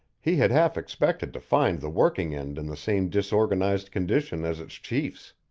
he had half expected to find the working-end in the same disorganized condition as its chiefs.